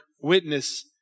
witness